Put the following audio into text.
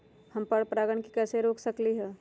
हम पर परागण के कैसे रोक सकली ह?